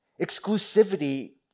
Exclusivity